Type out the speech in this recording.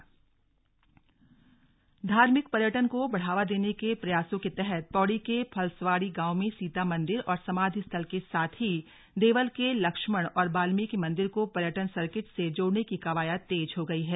सीता पर्यटन सर्किट धार्मिक पर्यटन को बढ़ावा देने के प्रयासों के तहत पौड़ी के फलस्वाड़ी गांव में सीता मन्दिर और समाधी स्थल के साथ ही देवल के लक्ष्मण और वाल्मिकी मन्दिर को पर्यटन सर्किट से जोड़ने की कवायद तेज हो गई है